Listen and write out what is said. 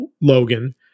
Logan